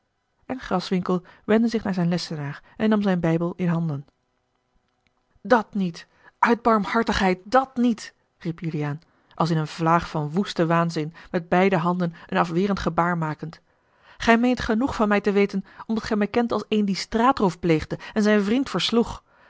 en graswinckel wendde zich naar zijn lessenaar en nam zijn bijbel in handen dat niet uit barmhartigheid dat niet riep juliaan als in eene vlaag van woesten waanzin met beide handen een afwerend gebaar makend gij meent genoeg van mij te weten omdat gij mij kent als een die straatroof pleegde en zijn vriend versloeg